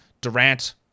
Durant